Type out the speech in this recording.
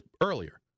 earlier